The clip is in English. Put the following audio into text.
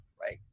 right